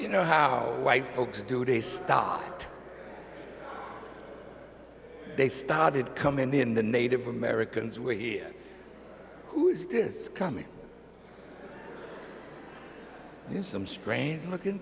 you know how white folks do they start they started coming in the native americans were here who's this coming is some strange looking